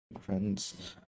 friends